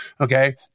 Okay